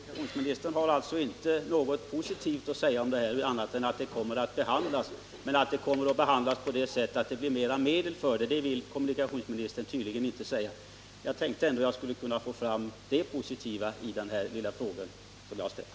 Herr talman! Kommunikationsministern har alltså inte något annat positivt att säga i frågan än att den kommer att behandlas. Att den kommer att behandlas på ett sådant sätt att mera medel anslås vill kommunikationsministern tydligen inte lova. Jag hade tänkt att jag ändå skulle kunna få fram åtminstone det positiva svaret på den fråga som jag har ställt.